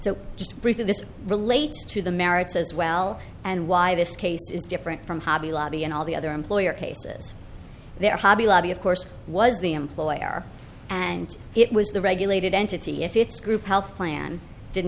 briefly this relates to the merits as well and why this case is different from hobby lobby and all the other employer cases there hobby lobby of course was the employer and it was the regulated entity if it's group health plan did